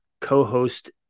co-host